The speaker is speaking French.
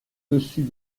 dessus